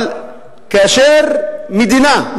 אבל כאשר מדינה,